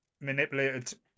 manipulated